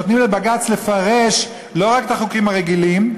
הם נותנים לבג"ץ לפרש לא רק את החוקים הרגילים,